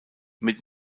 mit